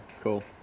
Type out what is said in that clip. cool